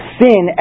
sin